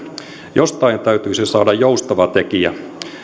jostain täytyisi saada joustava tekijä